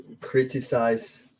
criticize